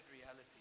reality